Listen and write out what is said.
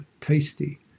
tasty